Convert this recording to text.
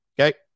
Okay